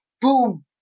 boom